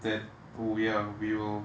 that we are we will